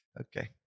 Okay